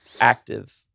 active